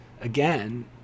again